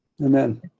Amen